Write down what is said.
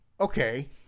okay